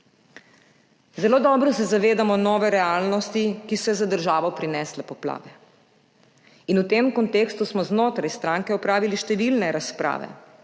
Zelo dobro se zavedamo nove realnosti, ki so jo za državo prinesle poplave, in v tem kontekstu smo znotraj stranke opravili številne razprave.